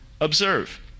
Observe